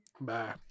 Bye